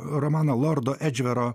romaną lordo edžvero